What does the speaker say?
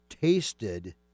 tasted